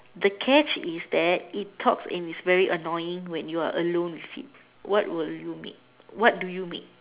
the catch is that it talks and it's very annoying when you are alone with it what will you make what do you make